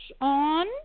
on